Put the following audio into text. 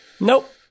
Nope